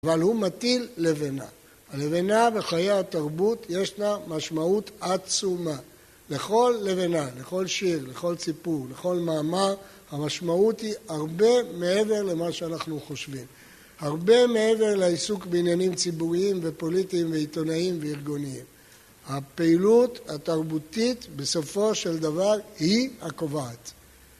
אבל הוא מטיל לבנה, הלבנה בחיי התרבות, יש לה משמעות עצומה. לכל לבנה, לכל שיר, לכל סיפור, לכל מאמר, המשמעות היא הרבה מעבר למה שאנחנו חושבים. הרבה מעבר לעיסוק בעניינים ציבוריים ופוליטיים ועיתונאיים וארגוניים. הפעילות התרבותית בסופו של דבר היא הקובעת.